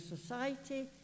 society